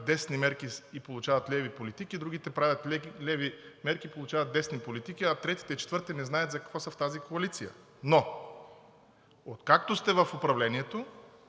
десни мерки и получават леви политики, другите правят леви мерки и получават десни политики, а третите и четвъртите не знаят за какво са в тази коалиция. Но откакто сте в управлението,